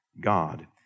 God